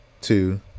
Two